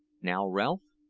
now, ralph,